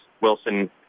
Wilson